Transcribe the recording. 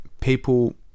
people